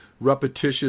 repetitious